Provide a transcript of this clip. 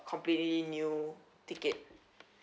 completely new ticket